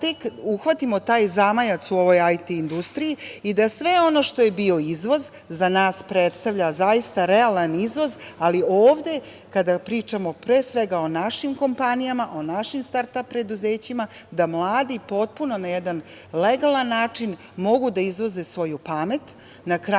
sad tek uhvatimo taj zamajac u ovoj IT industriji i da sve ono što bio izvoz za nas predstavlja zaista realan izvoz. Kada pričamo pre svega o našim kompanijama, o našim start ap preduzećima da mladi potpuno na jedan legalan način mogu da izvoze svoju pamet